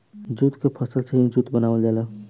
jute के फसल से ही जूट बनावल जाला